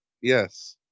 Yes